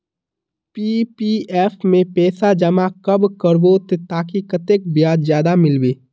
PPF में पैसा जमा कब करबो ते ताकि कतेक ब्याज ज्यादा मिलबे?